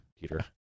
Peter